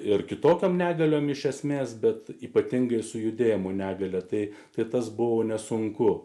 ir kitokiom negaliom iš esmės bet ypatingai su judėjimo negalią tai tai tas buvo nesunku